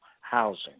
housing